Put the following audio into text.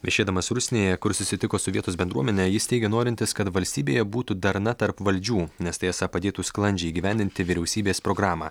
viešėdamas rusnėje kur susitiko su vietos bendruomene jis teigė norintis kad valstybėje būtų darna tarp valdžių nes tai esą padėtų sklandžiai įgyvendinti vyriausybės programą